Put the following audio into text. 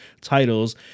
titles